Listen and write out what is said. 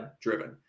driven